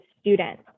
student